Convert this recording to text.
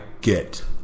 get